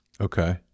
Okay